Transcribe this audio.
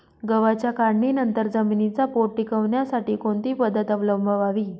गव्हाच्या काढणीनंतर जमिनीचा पोत टिकवण्यासाठी कोणती पद्धत अवलंबवावी?